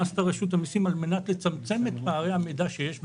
מה עשתה רשות המיסים על מנת לצמצם את פערי המידע שיש בידיה.